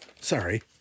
sorry